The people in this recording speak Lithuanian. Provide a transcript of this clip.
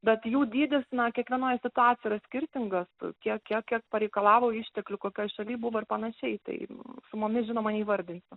bet jų dydis na kiekvienoj situacijoj yra skirtingas kiek kiek kiek pareikalavo išteklių kokioj šaly buvo ir panašiai tai sumomis žinoma neįvardinsiu